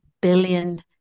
billion